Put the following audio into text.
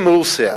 על רוסיה.